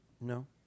No